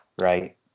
right